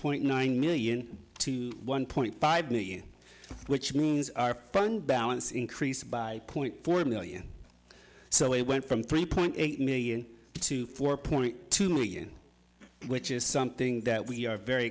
point nine million to one point five million which means our phone balance increased by point four million so it went from three point eight million to four point two million which is something that we are very